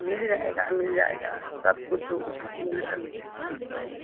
मिल जाएगा मिल जाएगा सब कुछ उचित मूल्य का मिलेगा आपको